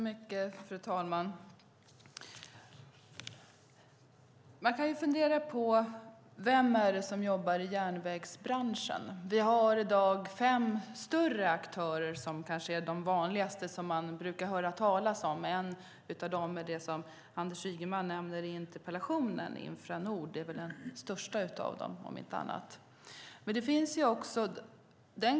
Fru talman! Man kan fundera på vem det är som jobbar i järnvägsbranschen. Vi har i dag fem större aktörer, som kanske är dem som man vanligen hör talas om. En av dem nämner Anders Ygeman i interpellationen, nämligen Infranord, som väl är den största av dem.